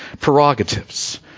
prerogatives